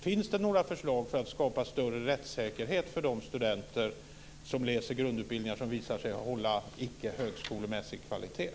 Finns det några förslag för att skapa större rättssäkerhet för de studenter som läser grundutbildningar som visar sig inte hålla högskolemässig kvalitet?